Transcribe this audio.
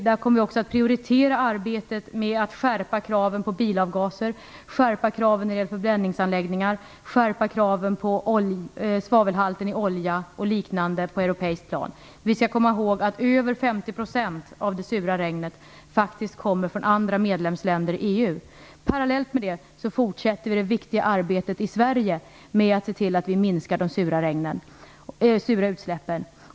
Vi kommer också att prioritera arbetet med att skärpa kraven beträffande bilavgaser, förbränningsanläggningar, svavelhalten i olja m.m. på ett europeiskt plan. Vi skall komma ihåg att över 50 % av det sura regnet faktiskt härrör från andra medlemsländer i EU. Parallellt med detta fortsätter vi det viktiga arbetet i Sverige med att se till att vi minskar de sura utsläppen.